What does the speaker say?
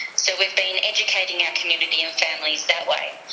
so we have been educating our community and families that way.